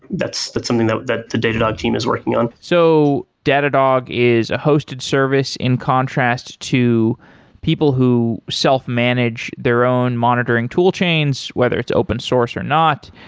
that's that's something that the the datadog team is working on. so datadog is a hosted service in contrast to people who self-manage their own monitoring tool chains, whether it's open source or not.